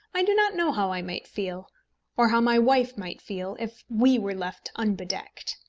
i do not know how i might feel or how my wife might feel, if we were left unbedecked.